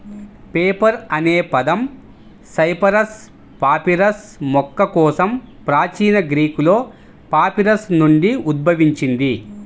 paper అనే పదం Cyperus papyrus మొక్క కోసం ప్రాచీన గ్రీకులో పాపిరస్ నుండి ఉద్భవించింది